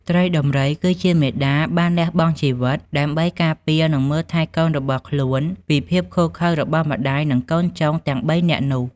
ត្រីដំរីគឺជាមាតាបានលះបង់ជីវិតដើម្បីការពារនិងមើលថែកូនរបស់ខ្លួនពីភាពឃោរឃៅរបស់ម្តាយ និងកូនចុងទាំង៣នាក់នោះ។